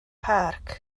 park